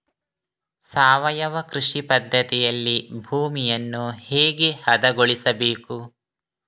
ಸಾವಯವ ಕೃಷಿ ಪದ್ಧತಿಯಲ್ಲಿ ಭೂಮಿಯನ್ನು ಹೇಗೆ ಹದಗೊಳಿಸಬೇಕು?